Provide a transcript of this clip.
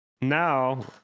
Now